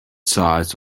sights